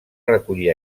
recollir